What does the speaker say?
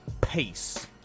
Peace